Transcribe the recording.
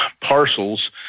parcels